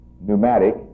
pneumatic